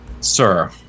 Sir